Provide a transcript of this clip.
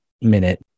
minute